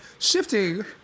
Shifting